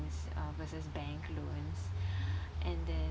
loans uh versus bank loans and then